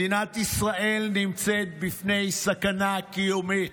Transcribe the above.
מדינת ישראל נמצאת בפני סכנה קיומית.